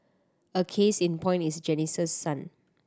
a case in point is Janice's son